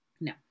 No